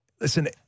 listen